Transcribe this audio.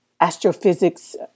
astrophysics